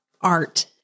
art